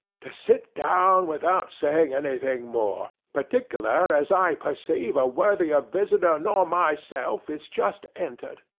to sit down without saying anything more partickler as i perceive a worthier visitor nor myself is just entered.